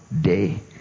day